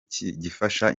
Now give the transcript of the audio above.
gifasha